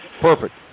Perfect